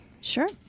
Sure